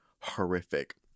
horrific